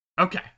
Okay